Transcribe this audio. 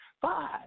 five